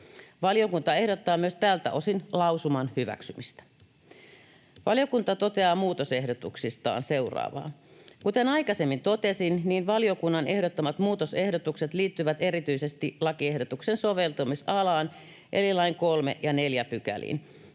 Valiokunta ehdottaa myös tältä osin lausuman hyväksymistä. Valiokunta toteaa muutosehdotuksistaan seuraavaa: Kuten aikaisemmin totesin, valiokunnan ehdottamat muutosehdotukset liittyvät erityisesti lakiehdotuksen soveltamisalaan eli lain 3 ja 4 §:ään,